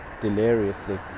deliriously